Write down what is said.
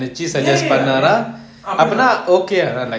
ya ya ya அப்டிதா:apdithaa